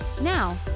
Now